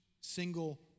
single